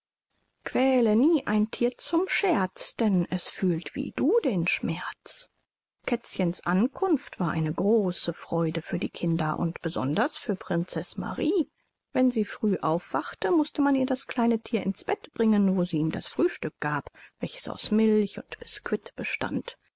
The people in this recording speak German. quäle nie ein thier zum scherz denn es fühlt wie du den schmerz kätzchens ankunft war eine große freude für die kinder und besonders für prinzeß marie wenn sie früh aufwachte mußte man ihr das kleine thier ins bett bringen wo sie ihm das frühstück gab welches aus milch und bisquit bestand